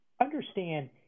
understand